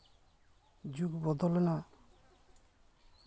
ᱡᱩᱜᱽ ᱵᱚᱫᱚᱞᱮᱱᱟ